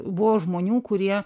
buvo žmonių kurie